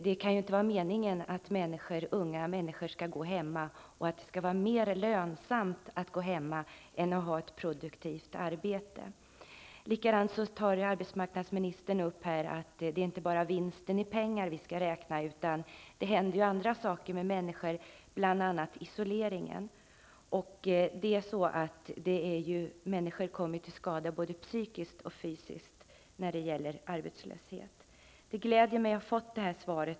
Det kan ju inte vara meningen att unga människor skall kunna gå hemma och att det skall vara mer lönsamt att gå hemma än att ha ett produktivt arbete. Vidare säger arbetsmarknadsministern att det inte bara är vinsten i pengar vi skall räkna, utan vi skall även ta hänsyn till bl.a. den isolering som arbetslöshet medför. Genom arbetslösheten får människor både psykiska och fysiska skador. Jag gläder mig åt detta svar.